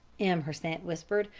m. hersant whispered.